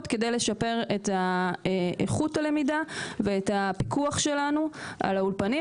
כדי לשפר את איכות הלמידה ואת הפיקוח שלנו על האולפנים,